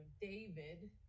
david